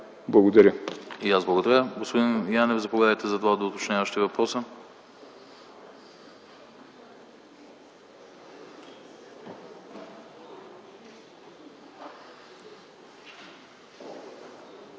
АНАСТАСОВ: И аз благодаря. Господин Янев, заповядате за два доуточняващи въпроса.